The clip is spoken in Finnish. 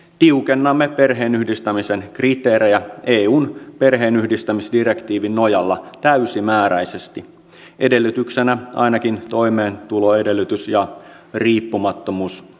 tiukennamme perheenyhdistämisen kriteerejä eun perheenyhdistämisdirektiivin nojalla täysimääräisesti edellytyksenä ainakin toimeentuloedellytys ja riippumattomuus sosiaalituista